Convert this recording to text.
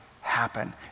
happen